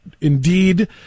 indeed